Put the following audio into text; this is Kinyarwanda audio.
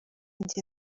njye